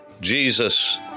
Jesus